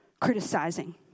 criticizing